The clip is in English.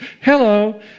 hello